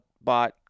bot